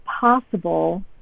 possible